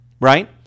right